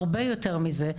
הרבה יותר מזה,